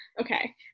Okay